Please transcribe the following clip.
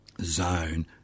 zone